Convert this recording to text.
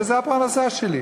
וזו הפרנסה שלי.